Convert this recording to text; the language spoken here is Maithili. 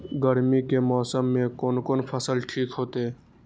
गर्मी के मौसम में कोन कोन फसल ठीक होते?